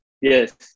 yes